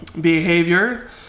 Behavior